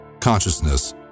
Consciousness